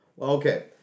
Okay